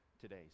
today